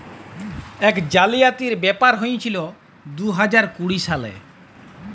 ইক জালিয়াতির ব্যাপার হঁইয়েছিল দু হাজার কুড়ি সালে